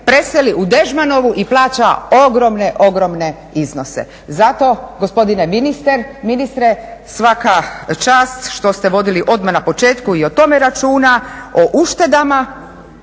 preseli u Dežmanovu i plaća ogromne, ogromne iznose. Zato gospodine ministre svaka čast što ste vodili odmah na početku i o tome računa o uštedama